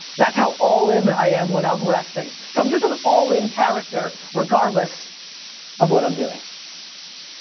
that's how all in i am when i'm resting. so i'm just an all in character, regardless of what i'm doing.